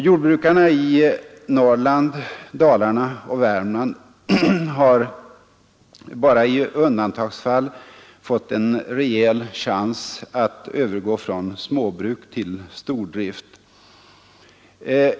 Jordbrukarna i Norrland, Dalarna och Värmland har bara i undantagsfall fått en rejäl chans att övergå från småbruk till stordrift.